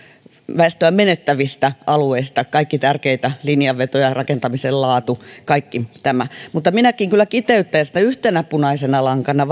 väestöä menettävistä alueista kaikki tärkeitä linjanvetoja rakentamisen laatu kaikki tämä mutta minäkin kyllä kiteyttäisin että yhtenä punaisena lankana